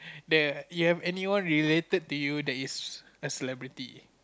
the you have anyone related to you that is a celebrity